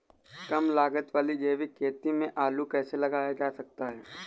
कम लागत वाली जैविक खेती में आलू कैसे लगाया जा सकता है?